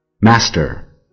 Master